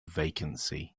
vacancy